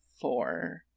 four